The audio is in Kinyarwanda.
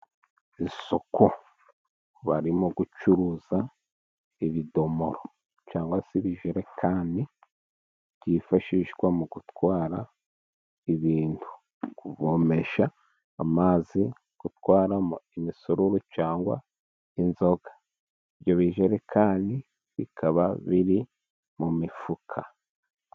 Isoko. Barimo gucuruza ibidomoro cyangwa se ibijerekani, byifashishwa mu gutwara ibintu, kuvomesha amazi, gutwaramo umusururu cyangwa inzoga. Ibyo bijerekani bikaba biri mu mifuka.